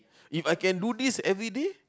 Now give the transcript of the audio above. If I can do this every day